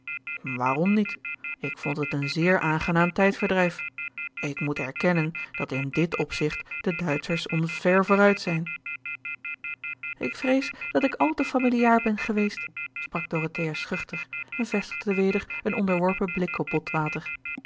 waarom niet ik vond het een zeer aangenaam tijdverdrijf ik moet erkennen dat in dit opzicht de duitschers ons ver vooruit zijn ik vrees dat ik al te familiaar ben geweest sprak dorothea schuchter en vestigde weder een onderworpen blik op botwater